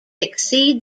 exceed